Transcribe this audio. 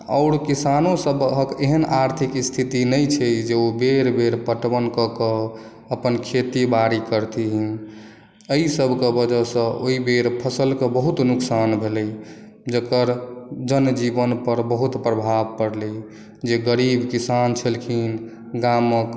आओर किसानोसभक एहन आर्थिक स्थिति नहि छै जे ओ बेर बेर पटबन कऽ कऽ अपन खेती बाड़ी करथिन एहिसभक वजहसँ ओहि बेर फसलकेँ बहुत नुकसान भेलै जकर जनजीवनपर बहुत प्रभाव पड़लै जे गरीब किसान छलखिन गामक